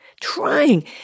trying